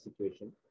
situation